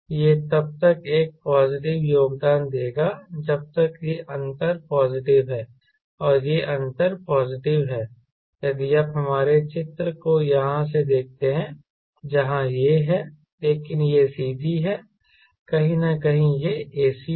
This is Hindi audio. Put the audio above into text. यह तब तक एक पॉजिटिव योगदान देगा जब तक यह अंतर पॉजिटिव है और यह अंतर पॉजिटिव है यदि आप हमारे चित्र को यहां से देखते हैं जहां यह है लेकिन यह CG है कहीं न कहीं यह ac है